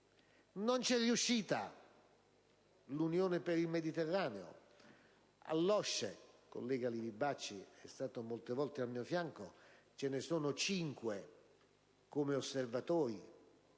Non c'è riuscita l'Unione per il Mediterraneo: all'OSCE, dove il collega Livi Bacci è stato molte volte al mio fianco, ci sono cinque Paesi osservatori